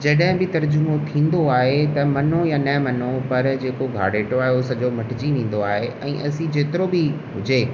जॾहिं बि तर्जुमो थींदो आहे त मनो या न मनो पर जेको घारेटो आहे उहो सॼो मटिजी वेंदो आहे ऐं असीं जेतिरो बि हुजे